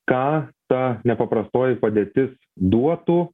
ką ta nepaprastoji padėtis duotų